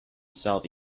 south